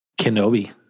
Kenobi